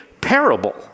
parable